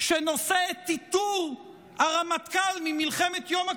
שנושא את עיטור הרמטכ"ל ממלחמת יום הכיפורים,